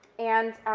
and